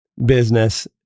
Business